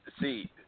See